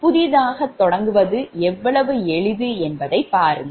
புதிதாகத் தொடங்குவது எவ்வளவு எளிது என்பதைப் பாருங்கள்